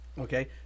Okay